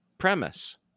premise